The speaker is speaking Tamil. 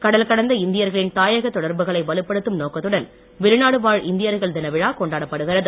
கடல் கடந்த இந்தியர்களின் தாயகத் தொடர்புகளை வலுப்படுத்தும் நோக்கத்துடன் வெளிநாடு வாழ் இந்தியர்கள் தின விழா கொண்டாடப்படுகிறது